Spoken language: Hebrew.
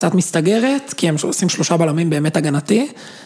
קצת מסתגרת, כי הם עושים שלושה בלמים באמת הגנתי.